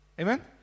Amen